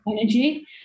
energy